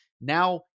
now